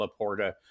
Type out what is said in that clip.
Laporta